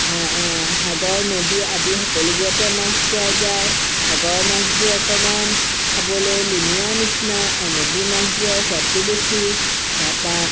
সাগৰ নদী আদি সকলোবোৰতে মাছ পোৱা যায় সাগৰৰ মাছবোৰ অকণমান খাবলৈ লুণীয়া নিচিনা আৰু নদী মাছবোৰৰ আৰু সোৱাদটো বেছি তাৰপৰা